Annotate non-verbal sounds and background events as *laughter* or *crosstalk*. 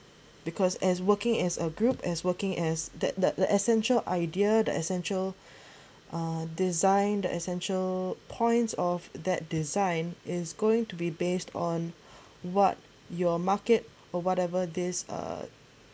because as working as a group as working as that the essential idea the essential *breath* uh design the essential points of that design is going to be based on what your market or whatever this uh